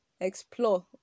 explore